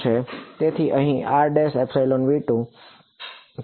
તેથી અહીં rV2